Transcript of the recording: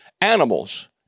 animals